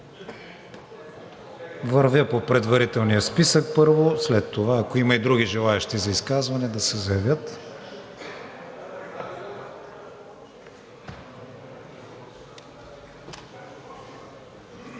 Вървя по предварителния списък, първо, след това, ако има и други желаещи за изказване, да се заявят.